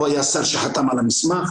הוא היה השר שחתם על המסמך,